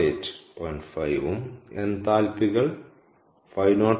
5 ഉം എന്താല്പ്പികൾ 504